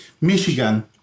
Michigan